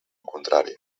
contrari